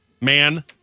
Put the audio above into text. Man